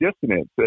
dissonance